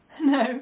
No